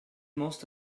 most